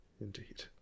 Indeed